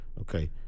Okay